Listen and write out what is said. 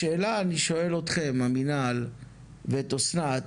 השאלה, אני שואל אתכם המינהל ואת אסנת.